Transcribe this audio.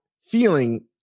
feeling